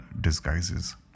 disguises